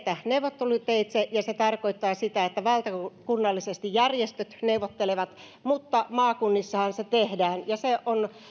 neuvotteluteitse ja se tarkoittaa sitä että valtakunnallisesti järjestöt neuvottelevat mutta maakunnissahan se tehdään ja se on